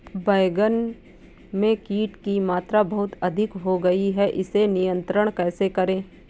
बैगन में कीट की मात्रा बहुत अधिक हो गई है इसे नियंत्रण कैसे करें?